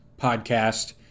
podcast